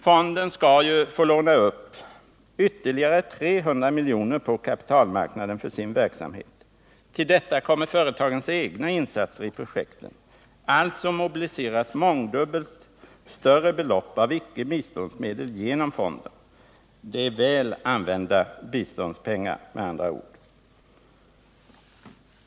Fonden skall ju få låna upp ytterligare 300 miljoner på kapitalmarknaden för sin verksamhet. Till detta kommer företagens egna insatser i projekten. Alltså mobiliseras mångdubbelt större belopp av icke-biståndsmedel genom fonden. Det är väl använda biståndspengar med andra ord.